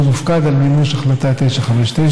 שמופקד על מימוש החלטה 959,